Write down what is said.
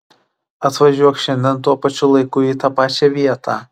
atvažiuok šiandien tuo pačiu laiku į tą pačią vietą